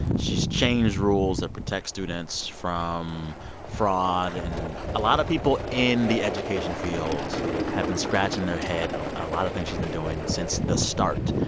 she's changed rules that protect students from fraud. and a lot of people in the education fields have been scratching their head at a lot of things she's been doing since the start.